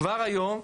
כבר היום,